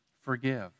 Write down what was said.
forgive